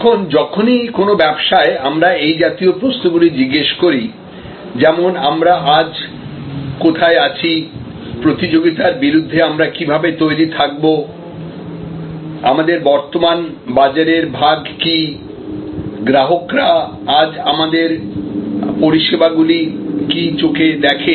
এখন যখনই কোনও ব্যবসায় আমরা এই জাতীয় প্রশ্নগুলি জিজ্ঞাসা করি যেমন আমরা আজ কোথায় আছি প্রতিযোগিতার বিরুদ্ধে আমরা কীভাবে তৈরি থাকবো আমাদের বর্তমান বাজারের ভাগ কী গ্রাহকরা আজ আমাদের পরিষেবাগুলি কি চোখে দেখে